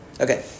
Okay